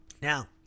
Now